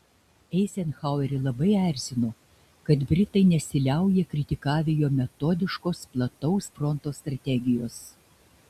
eizenhauerį labai erzino kad britai nesiliauja kritikavę jo metodiškos plataus fronto strategijos